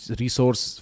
resource